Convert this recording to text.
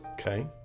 Okay